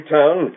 town